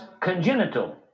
congenital